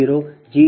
0 G 22 0